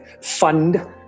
fund